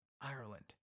ireland